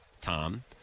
Tom